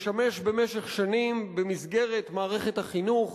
שמשמש במשך שנים במסגרת מערכת החינוך